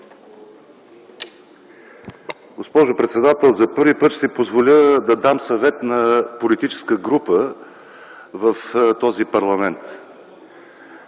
Госпожо председател, за първи път ще си позволя да дам съвет на политическа група в този парламент.